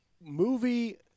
movie